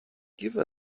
give